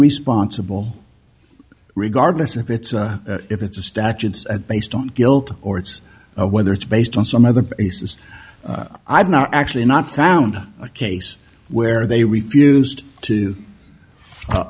responsible regardless if it's if it's statutes at based on guilt or it's whether it's based on some other bases i've not actually not found a case where they refused to